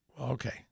Okay